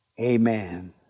Amen